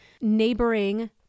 neighboring